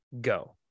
go